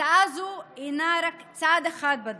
הצעה זו היא רק צעד אחד בדרך.